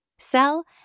sell